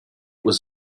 was